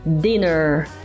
Dinner